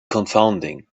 confounding